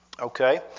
Okay